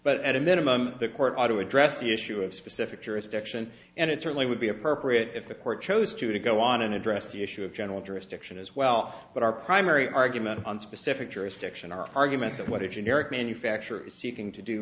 but at a minimum the court ought to address the issue of specific jurisdiction and it certainly would be appropriate if the court chose to go on and address the issue of general jurisdiction as well but our primary argument on specific jurisdiction our argument of whether it's in europe manufacture is seeking to do